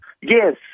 Yes